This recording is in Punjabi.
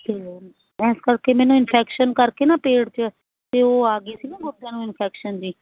ਅਤੇ ਇਸ ਕਰਕੇ ਮੈਨੂੰ ਇਨਫੈਕਸ਼ਨ ਕਰਕੇ ਨਾ ਪੇਟ 'ਚ ਅਤੇ ਉਹ ਆ ਗਈ ਸੀ ਨਾ ਗੁਰਦਿਆਂ ਨੂੰ ਇਨਫੈਕਸ਼ਨ ਜੀ